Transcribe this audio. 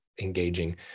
engaging